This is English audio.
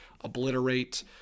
obliterate